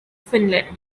finland